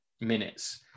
minutes